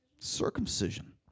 circumcision